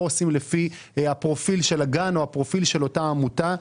עושים לפי הפרופיל של הגן או הפרופיל של אותה עמותה.